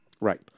Right